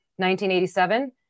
1987